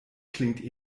klingt